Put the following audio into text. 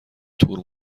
تور